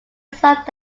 served